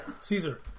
Caesar